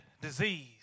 disease